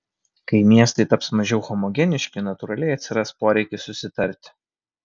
kai miestai taps mažiau homogeniški natūraliai atsiras poreikis susitarti